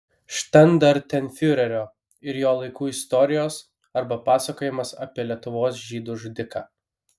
štandartenfiurerio ir jo laikų istorijos arba pasakojimas apie lietuvos žydų žudiką